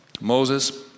Moses